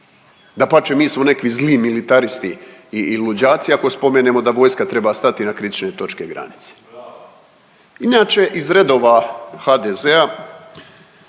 Dapače mi smo nekakvi zli militaristi ili luđaci ako spomenemo da vojska treba stati na kritične točke granice. Inače iz redova HDZ-a